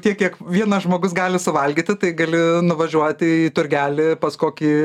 tiek kiek vienas žmogus gali suvalgyti tai gali nuvažiuoti į turgelį pas kokį